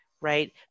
right